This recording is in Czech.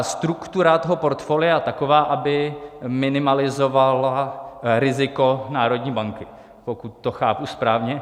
Struktura portfolia je taková, aby minimalizovala riziko národní banky, pokud to chápu správně.